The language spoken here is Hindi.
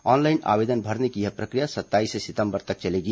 ऑनलाइन आवेदन भरने की यह प्रक्रिया सत्ताईस सितंबर तक चलेगी